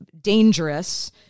dangerous